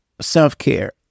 Self-care